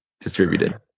distributed